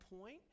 point